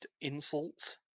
insults